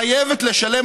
חייבת לשלם,